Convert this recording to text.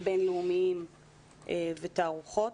בין-לאומיים ותערוכות.